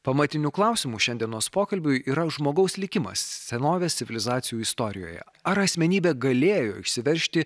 pamatiniu klausimu šiandienos pokalbiui yra žmogaus likimas senovės civilizacijų istorijoje ar asmenybė galėjo išsiveržti